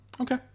Okay